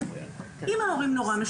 אמרתי בהתחלה, אלא אם לא הקראתי נכון מהדף.